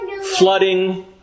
flooding